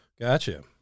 Gotcha